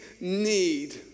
need